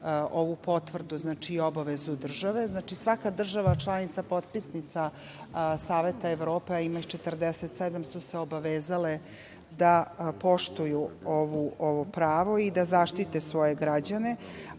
ovu potvrdu, obavezu države. Svaka država, članica potpisnica Saveta Evrope, a ima ih 47, su se obavezale da poštuju ovo pravo i da zaštite svoje građane,